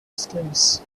schemes